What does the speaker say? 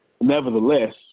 Nevertheless